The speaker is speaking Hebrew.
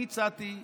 אני הצעתי,